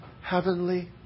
heavenly